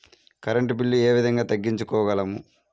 Current bill ఏ విధంగా తగ్గించుకోగలము?